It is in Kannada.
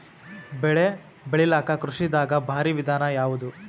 ಬೆಳೆ ಬೆಳಿಲಾಕ ಕೃಷಿ ದಾಗ ಭಾರಿ ವಿಧಾನ ಯಾವುದು?